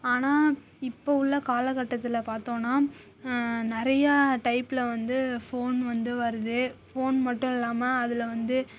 ஆனால் இப்போ உள்ள காலக்கட்டத்தில் பார்த்தோன்னா நிறையா டைப்பில் வந்து ஃபோன் வந்து வருது ஃபோன் மட்டும் இல்லாமல் அதில் வந்து